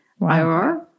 IRR